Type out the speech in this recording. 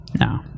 No